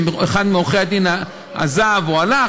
אם אחד מעורכי הדין עזב או הלך,